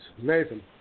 Nathan